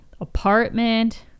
apartment